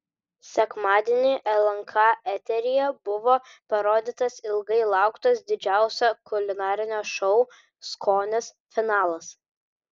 sekmadienį lnk eteryje buvo parodytas ilgai lauktas didžiausio kulinarinio šou skonis finalas